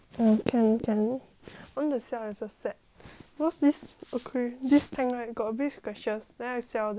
I want to sell as a set cause this tank got a bit scratches then I sell then I go back a new tank